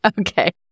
Okay